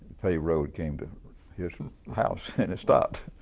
paved road came to his house and it stopped,